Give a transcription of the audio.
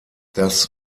das